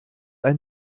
ein